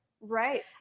Right